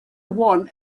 one